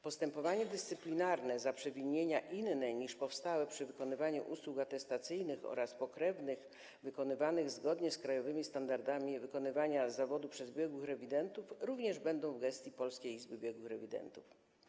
Postępowanie dyscyplinarne za przewinienia inne niż powstałe przy wykonywaniu usług atestacyjnych oraz pokrewnych wykonywanych zgodnie z krajowymi standardami wykonywania zawodu przez biegłych rewidentów również będą w gestii Polskiej Izby Biegłych Rewidentów.